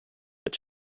its